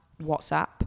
WhatsApp